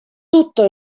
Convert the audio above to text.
tutto